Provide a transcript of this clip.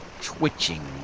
twitching